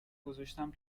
گذاشتم